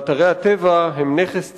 כי אתרי הטבע הם נכס ציבורי,